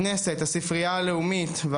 כמו הכנסת והספרייה הלאומית.